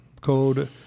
code